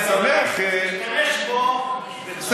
להשתמש בו בצורה,